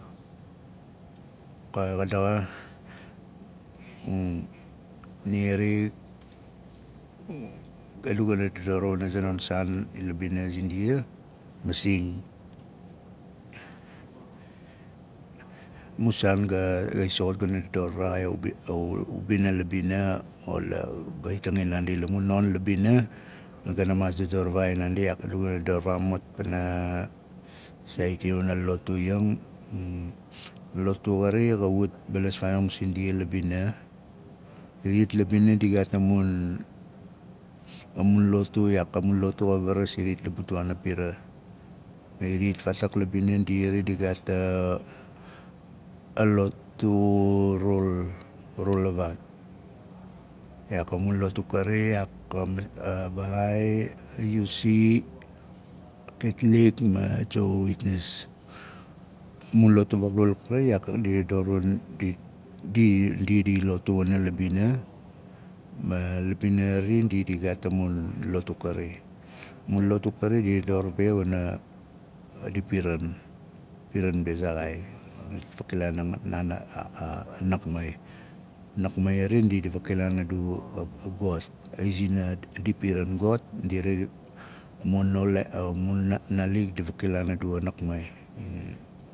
Ka daxa nia ari adu gana dodor wana a zanon saan ila bina zindia. Masing a mu saan na i soxot gana dador varaxain a- a ubina ila bina ol a gai tangin naandi la mun non la bina gana maas dodor vara xain naandi iyaak a du gana dador varaxain naand pana saad i wana lotu yang lotu xari xa wat balas fanong sindia la bina iriyat la bina di gaat a mun lotu iyaak a mun a mun lotu iyaak ka varas iriyat la butuaana pira iriyat faatak la bina di xari di gaat a- a lotu urul urulavaat iyaak a mun lotu kari yaak baahaai, uc, ketalik ma jowaa witness a mun lotu vaaukdul a kari di dor wana ndi- ndi i lotu wana la bina ma la bina ari ndi di gaat a mun lotu kari a mun lotu kari di dor be wana di piran piran be a zaxai dit fakilaan naan a- a- a nakmai nakmai xari ndi di vakilaan a du a ngot a izina a adi piran ngot ndi mun na- a nalik di vakilaan adu a nakmai.